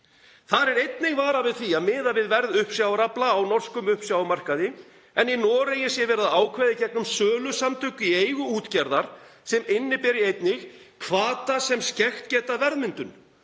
Þar er einnig varað við því að miða við verð uppsjávarafla á norskum uppsjávarmarkaði en í Noregi sé verið að ákveða í gegnum sölusamtök í eigu útgerðar sem inniberi einnig hvata sem skekkt geta verðmyndun